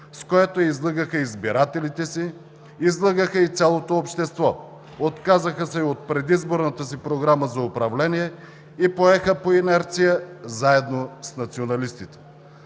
с което излъгаха избирателите си, излъгаха и цялото общество, отказаха се и от предизборната си програма за управление и поеха по инерция заедно с националистите.